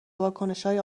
واکنشهای